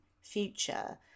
future